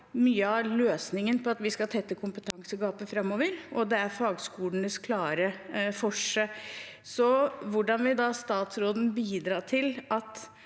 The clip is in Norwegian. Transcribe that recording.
mye av løsningen på å tette kompetansegapet framover, og det er fagskolenes klare forse. Hvordan vil da statsråden bidra til at